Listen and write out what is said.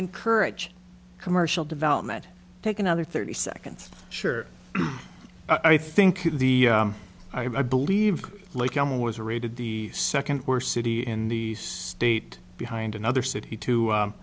encourage commercial development take another thirty seconds sure i think the i believe like um was rated the second worst city in the state behind another city to